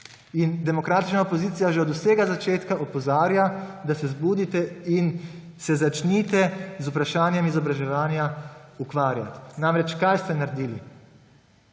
in demokratična opozicija že od vsega začetka opozarja, da se zbudite in se začnite z vprašanjem izobraževanja ukvarjati. Namreč, kaj ste naredili?